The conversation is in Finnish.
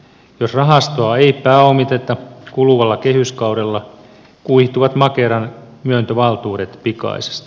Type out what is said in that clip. jos rahastoa ei pääomiteta kuluvalla kehyskaudella kuihtuvat makeran myöntövaltuudet pikaisesti